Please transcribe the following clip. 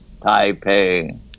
Taipei